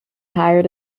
hired